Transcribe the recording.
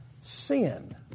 sin